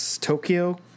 Tokyo